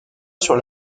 sur